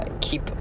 Keep